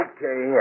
Okay